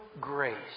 grace